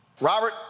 Robert